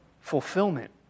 fulfillment